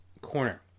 corner